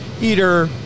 Eater